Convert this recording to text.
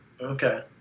Okay